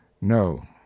No